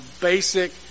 basic